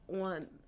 on